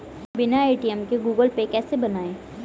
बिना ए.टी.एम के Google Pay कैसे बनायें?